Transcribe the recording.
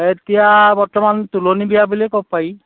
এতিয়া বৰ্তমান তুলনি বিয়া বুলিয়ে ক'ব পাৰি